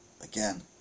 Again